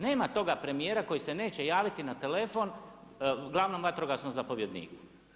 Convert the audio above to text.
Nema toga premijera koji se neće javiti na telefon glavnom vatrogasnom zapovjedniku.